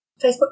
Facebook